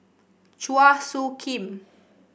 Chua Soo Khim